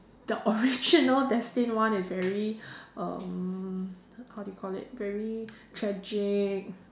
the original destined one is very um how do you call it very tragic